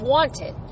wanted